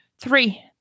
Three